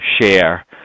share